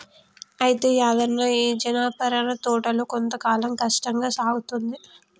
అయితే యాదన్న ఈ జనపనార పంటలో కొంత కాలం కష్టంగా సాగుతుంది